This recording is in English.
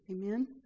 Amen